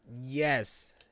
Yes